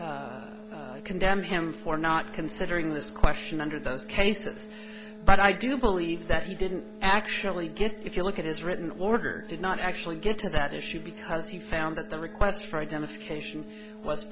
don't condemn him for not considering this question under those cases but i do believe that he didn't actually just if you look at his written order did not actually get to that issue because he found that the request for identification w